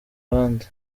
abandi